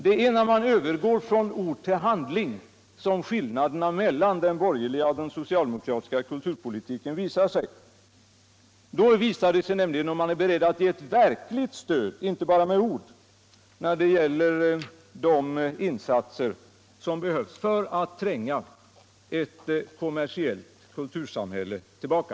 Det är just när man övergår från ord till handling som skillnaderna mellan den borgeriga och den socialdemokratiska kulturpolitiken visar sig. Då märks det om man är beredd att ge ett verkligt stöd, inte bara med ord, när det gäller de insatser som behövs för att tränga ett kommersiellt kultursamhälle tillbaka.